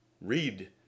Read